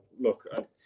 look